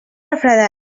refredar